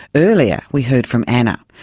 earlier we heard from anna,